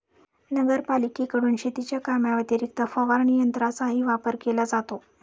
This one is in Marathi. नगरपालिकेकडून शेतीच्या कामाव्यतिरिक्त फवारणी यंत्राचाही वापर केला जातो